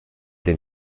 den